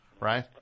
Right